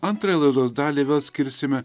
antrąją laidos dalį vėl skirsime